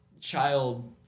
child